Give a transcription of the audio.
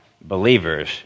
believers